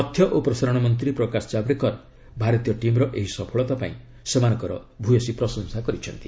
ତଥ୍ୟ ଓ ପ୍ରସାରଣ ମନ୍ତ୍ରୀ ପ୍ରକାଶ ଜାବଡେକର ଭାରତୀୟ ଟିମ୍ର ଏହି ସଫଳତା ପାଇଁ ସେମାନଙ୍କର ପ୍ରଶଂସା କରିଛନ୍ତି